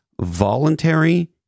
voluntary